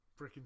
freaking